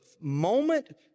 moment